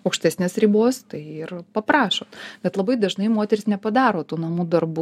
aukštesnes ribos tai ir paprašot bet labai dažnai moterys nepadaro tų namų darbų